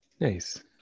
Nice